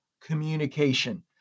communication